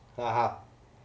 ah ah